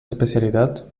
especialitat